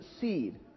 seed